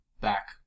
back